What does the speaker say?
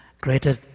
greater